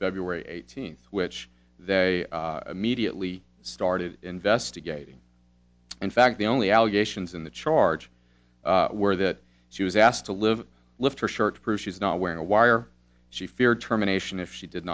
february eighteenth which they immediately started investigating in fact the only allegations in the charge were that she was asked to live lift her shirt to prove she's not wearing a wire she feared terminations if she did